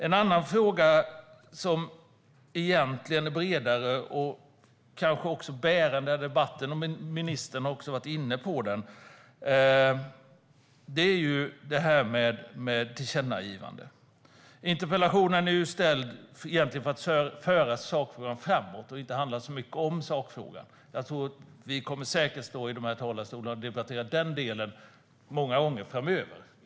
En annan fråga, som egentligen är bredare och kanske också bärande i den här debatten, och ministern har också varit inne på den, är det här med tillkännagivandet. Interpellationen är ställd för att föra sakfrågan framåt och handlar inte så mycket om själva sakfrågan. Vi kommer säkert att stå i de här talarstolarna och debattera den innehållsmässiga delen många gånger framöver.